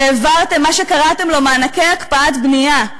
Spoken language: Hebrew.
והעברתם מה שקראתם לו מענקי הקפאת בנייה,